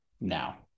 now